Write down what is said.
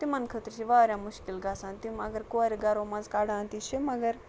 تِمَن خٲطرٕ چھِ واریاہ مُشکِل گَژھان تِم اگر کورِ گَرو مَنٛز کَڑان تہِ چھِ مگر